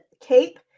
Cape